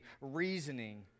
reasoning